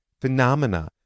phenomena